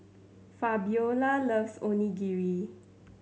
Fabiola loves Onigiri